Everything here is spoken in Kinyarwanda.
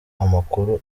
amakuru